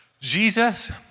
Jesus